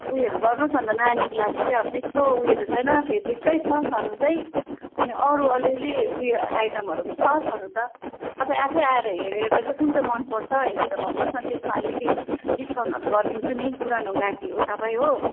उयोहरू गर्नुहोस् न अन्त नानीको लागि चाहिँ अब त्यस्तो उयो त छैन फेब्रिकै छ छन चाहिँ अनि अरू अलिअलि उयो आइटमहरू पनि छ छन त तपाईँ आफै आएर हेरेर चाहिँ कुन चाहिँ मनपर्छ हेरेर भन्नुहोस् न त्यसमा अलिकति डिस्काउन्टहरू गरिदिन्छु नि पुरानो ग्राहकी हो तपाईँ हो